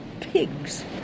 Pigs